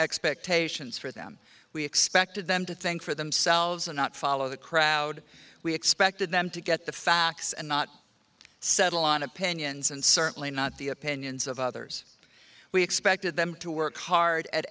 expectations for them we expected them to think for themselves and not follow the crowd we expected them to get the facts and not settle on opinions and certainly not the opinions of others we expected them to work hard at